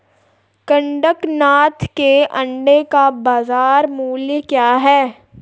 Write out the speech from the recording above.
कड़कनाथ के अंडे का बाज़ार मूल्य क्या है?